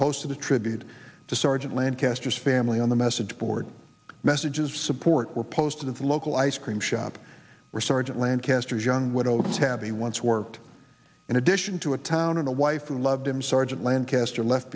posted a tribute to sergeant lancaster's family on the message board messages of support were posted in the local ice cream shop where sergeant lancaster's young widow tammy once worked in addition to a town and a wife who loved him sergeant lancaster left